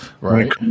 Right